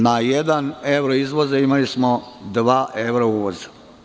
Na jedan evro izvoza, imali smo dva evra uvoza.